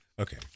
Okay